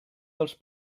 dels